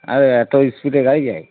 আরে এত স্পিডে গাড়ি যায়